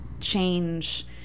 change